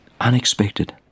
unexpected